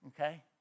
okay